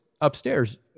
upstairs